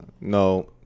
No